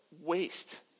waste